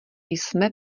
jsme